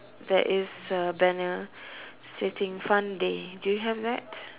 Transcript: there is a banner sitting front they do you have that